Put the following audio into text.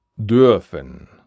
dürfen